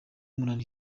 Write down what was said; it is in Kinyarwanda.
umunaniro